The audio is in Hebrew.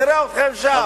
נראה אתכם שם.